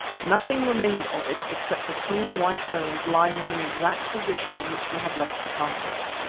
nothing remained of it except the clean, white bones lying in the exact position in which we had left the carcase.